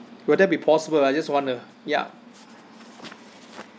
will that be possible I just wanna ya